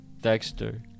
Dexter